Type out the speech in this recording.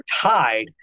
tied